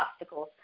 obstacles